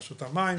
רשות המים,